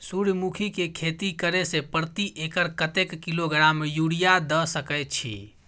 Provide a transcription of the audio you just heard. सूर्यमुखी के खेती करे से प्रति एकर कतेक किलोग्राम यूरिया द सके छी?